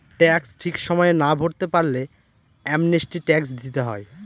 tax ঠিক সময়ে না ভরতে পারলে অ্যামনেস্টি ট্যাক্স দিতে হয়